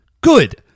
good